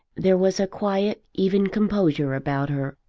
there was a quiet even composure about her,